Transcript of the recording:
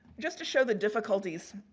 just to show the difficulties,